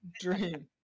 Dream